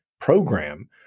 program